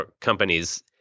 companies